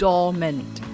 Dormant